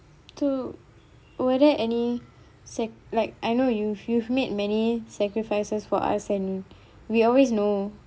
so were there any sac~ like I know you've you've made many sacrifices for us and we always know